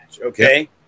Okay